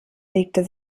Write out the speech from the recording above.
legte